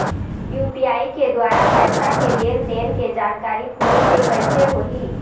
UPI के द्वारा पैसा के लेन देन के जानकारी फोन से कइसे होही?